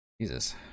Jesus